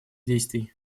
действий